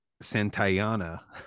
Santayana